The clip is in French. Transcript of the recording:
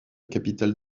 capitale